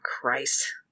Christ